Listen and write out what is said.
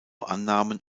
annahmen